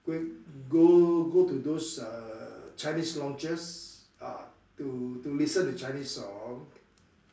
go go go to those uh chinese lounges ah to to listen to Chinese songs